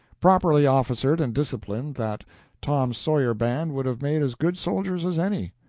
properly officered and disciplined, that tom sawyer band would have made as good soldiers as any.